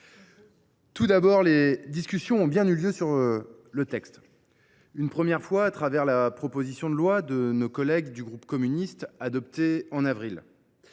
nationale… Les discussions ont bien eu lieu sur le texte – la première fois, à l’occasion de la proposition de loi de nos collègues du groupe communiste adoptée en avril.